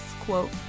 quote